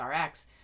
Rx